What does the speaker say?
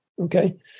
Okay